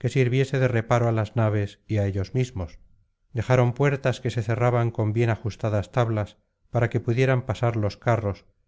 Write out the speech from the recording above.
que sirviese de reparo á las naves y á ellos mismos dejaron puertas que se cerraban con bien ajustadas tablas para que pudieran pasarlos carros